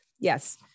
Yes